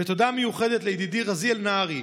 ותודה מיוחדת לידידי רזיאל נהרי,